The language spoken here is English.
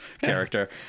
character